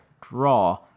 Draw